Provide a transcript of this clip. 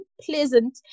pleasant